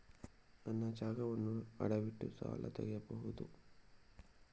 ನನ್ನ ಜಾಗವನ್ನು ಅಡವಿಟ್ಟು ಸಾಲ ತೆಗೆಯಬಹುದ?